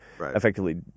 effectively